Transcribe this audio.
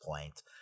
point